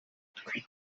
twe